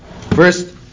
First